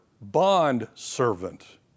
bond-servant